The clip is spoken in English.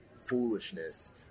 foolishness